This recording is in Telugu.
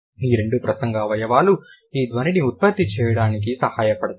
ఈ రెండు ప్రసంగ అవయవాలు ఈ ధ్వనిని ఉత్పత్తి చేయడానికి సహాయపడతాయి